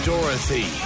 Dorothy